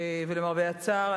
ולמרבה הצער,